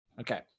Okay